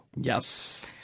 Yes